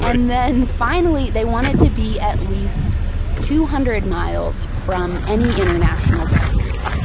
and then finally they want it to be at least two hundred miles from any international boundaries